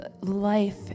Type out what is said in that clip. life